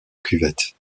cuvette